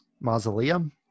mausoleum